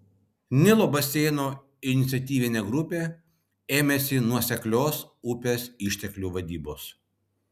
nilo baseino iniciatyvinė grupė ėmėsi nuoseklios upės išteklių vadybos